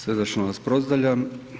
Srdačno vas pozdravljam.